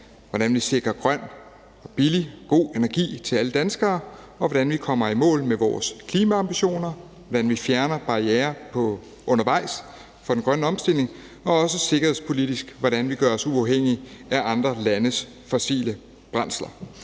hvordan vi sikrer grøn, billig og god energi til alle danskere, hvordan vi kommer i mål med vores klimaambitioner, hvordan vi fjerner barrierer undervejs for den grønne omstilling, og hvordan vi også sikkerhedspolitisk gør os uafhængige af andre landes fossile brændsler.